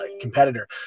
competitor